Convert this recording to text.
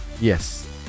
Yes